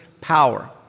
power